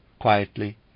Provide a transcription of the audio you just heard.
quietly